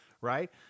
right